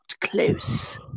close